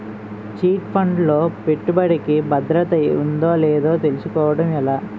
Chit fund లో పెట్టుబడికి భద్రత ఉందో లేదో తెలుసుకోవటం ఎలా?